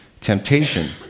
temptation